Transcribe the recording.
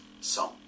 song